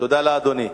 תודה לאדוני.